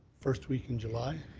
first week in july?